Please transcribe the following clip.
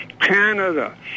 Canada